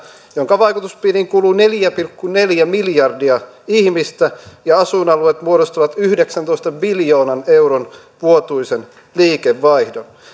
jonka vaikutuspiiriin kuuluu neljä pilkku neljä miljardia ihmistä ja asuinalueet muodostavat yhdeksäntoista biljoonan euron vuotuisen liikevaihdon